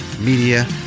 Media